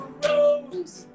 rose